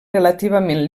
relativament